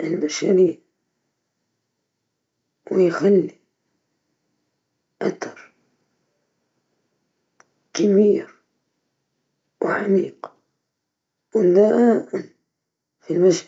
الفضاء شيء ممتع وغريب.